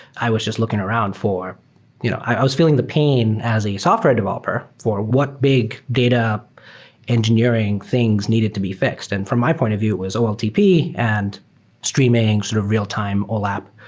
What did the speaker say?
i was just looking around for you know i was feeling the pain as a software developer for what big data engineering things needed to be fixed. and from my point of view, it was oltp and streaming sort of real-time olap.